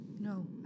No